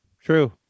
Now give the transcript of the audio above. true